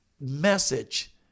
message